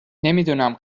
نمیدونم